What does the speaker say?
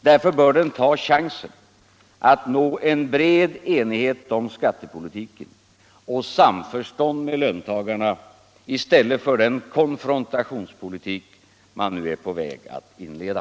Därför bör den ta chansen att nå en bred enighet om skattepolitiken och samförstånd med löntagarna i stället för den konfrontationspolitik som den nu är på väg att inleda.